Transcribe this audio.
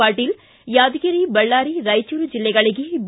ಪಾಟೀಲ್ ಯಾದಗಿರಿ ಬಳ್ಳಾರಿ ರಾಯಚೂರು ಜಿಲ್ಲೆಗಳಿಗೆ ಬಿ